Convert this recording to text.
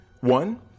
One